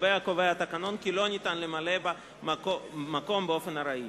שלגביה התקנון קובע כי אין למלא בה מקום באופן ארעי.